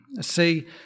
See